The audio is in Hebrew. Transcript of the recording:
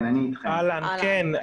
ידבר.